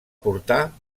portar